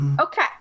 Okay